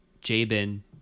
Jabin